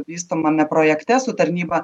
vystomame projekte su tarnyba